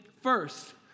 first